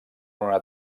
una